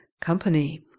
company